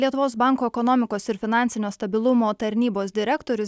lietuvos banko ekonomikos ir finansinio stabilumo tarnybos direktorius